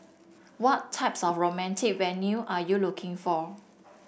what types of romantic venue are you looking for